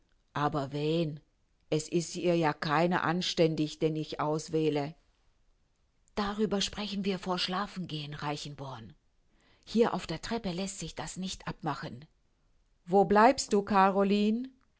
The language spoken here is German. aber wen es ist ihr ja keiner anständig den ich auswähle darüber sprechen wir vor schlafengehen reichenborn hier auf der treppe läßt sich das nicht abmachen wo bleibst du caroline